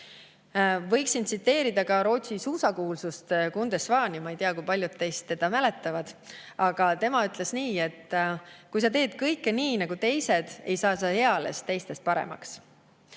Võiksin tsiteerida ka Rootsi suusakuulsust Gunde Svani – ma ei tea, kui paljud teist teda mäletavad –, tema ütles nii, et kui sa teed kõike nii nagu teised, ei saa sa eales teistest paremaks.